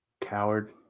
Coward